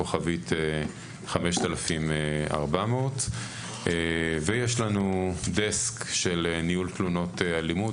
כוכבית 5400. יש לנו דסק של ניהול תלונות אלימות,